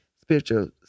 spiritual